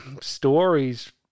stories